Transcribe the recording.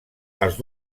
als